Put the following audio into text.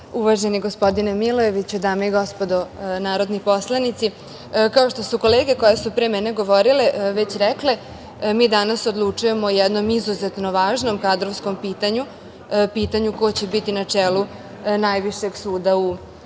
gospodine Milojeviću, dame i gospodo narodni poslanici, kao što su kolege koje su pre mene govorile već rekle, mi danas odlučujemo o jednom izuzetno važnom kadrovskom pitanju, pitanju ko će biti na čelu najvišeg suda